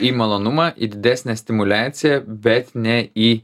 į malonumą į didesnę stimuliaciją bet ne į